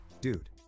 dude